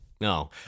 No